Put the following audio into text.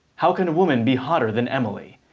how can a woman be hotter than emily?